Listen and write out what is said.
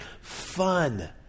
fun